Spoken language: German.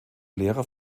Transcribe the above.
lehrer